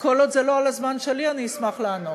כל עוד זה לא על הזמן שלי, אני אשמח לענות.